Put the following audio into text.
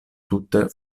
tute